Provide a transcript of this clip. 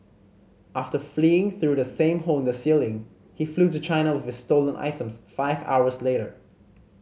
after fleeing through the same hole in the ceiling he flew to China with his stolen items five hours later